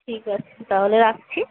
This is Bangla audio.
ঠিক আছে তাহলে রাখছি